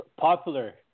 popular